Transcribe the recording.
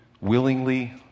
willingly